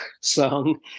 song